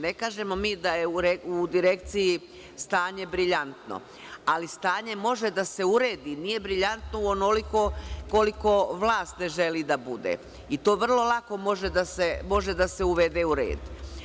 Ne kažemo mi da je u Direkciji stanje brilijantno, ali stanje može da se uredi, nije brilijantno u onoliko koliko vlast ne želi da bude i to vrlo lako može da se uvede u red.